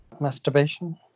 masturbation